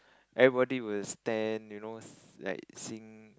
everybody will stand you know like sing